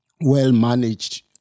well-managed